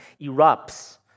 erupts